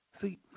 See